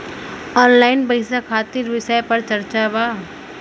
Online पैसा खातिर विषय पर चर्चा वा?